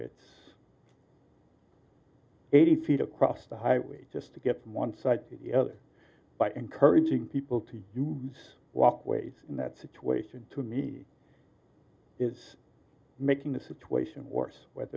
it's eighty feet across the highway just to get from one side to the other by encouraging people to use walkways in that situation to me is making the situation worse rather